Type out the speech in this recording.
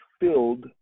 filled